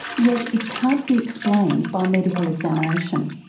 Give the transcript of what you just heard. yet it can't be explained by medical examination.